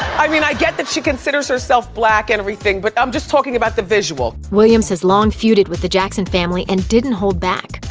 i mean, i get that she considers herself black and everything, but i'm just talking about the visual. williams has long feuded with the jackson family and didn't hold back.